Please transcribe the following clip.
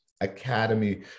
academy